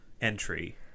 Entry